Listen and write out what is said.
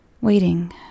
waiting